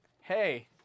hey